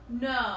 No